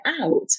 out